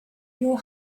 your